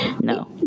No